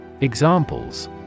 Examples